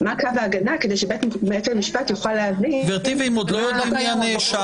גברתי, ואם עוד לא יודעים מי הנאשם?